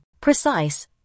precise